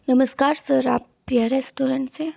नमस्कार सर आप प्रिया रेस्टोरेंट से